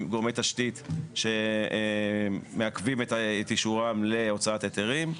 תשתית שמעכבים את אישורם להוצאת היתרים.